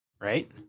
right